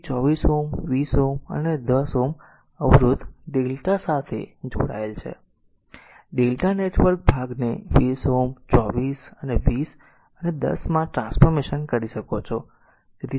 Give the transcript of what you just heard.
તેથી 24 Ω 20 Ω અને 10 Ω અવરોધ Δ જોડાયેલ છે Δ નેટવર્ક ભાગને 20 Ω 24 20 અને 10 માં ટ્રાન્સફોર્મેશન કરી શકો છો